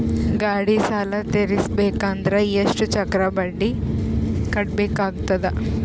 ಗಾಡಿ ಸಾಲ ತಿರಸಬೇಕಂದರ ಎಷ್ಟ ಚಕ್ರ ಬಡ್ಡಿ ಕಟ್ಟಬೇಕಾಗತದ?